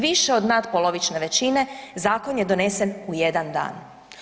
Više od natpolovične većine zakon je donesen u jedan dan.